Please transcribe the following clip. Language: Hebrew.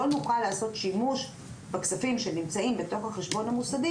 לא נוכל לעשות שימוש בכספים שנמצאים בתוך החשבון המוסדי